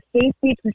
Safety